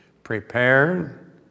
prepared